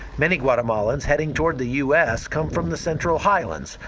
many guatemalans heading toward the u s. come from the central highlands,